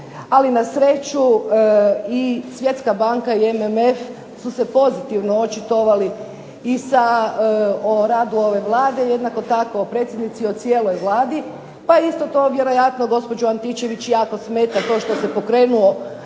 ali nasreću i Svjetska banka i MMF su se pozitivno očitovali i sa o radu ove Vlade, jednako tako o predsjednici, o cijeloj Vladi, pa isto to vjerojatno gospođu Antičević jako smeta to što se pokrenuo